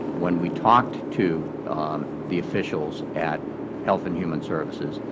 when we talked to the officials at health and human services,